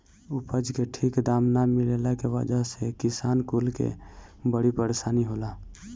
उपज के ठीक दाम ना मिलला के वजह से किसान कुल के बड़ी परेशानी होला